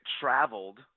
traveled